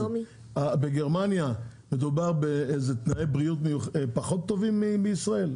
בגרמניה מדובר בתנאי בריאות פחות טובים מישראל?